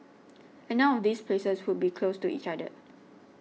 and none of these places would be close to each other